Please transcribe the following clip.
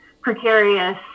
precarious